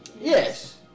Yes